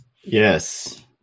Yes